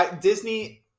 Disney